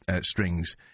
strings